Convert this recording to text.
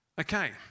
Okay